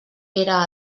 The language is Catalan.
era